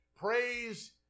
praise